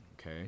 okay